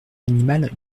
animal